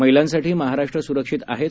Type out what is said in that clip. महिलांसाठी महाराष्ट्र सुरक्षित आहेच